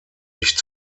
nicht